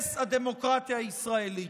להרס הדמוקרטיה הישראלית.